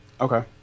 okay